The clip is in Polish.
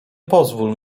pozwól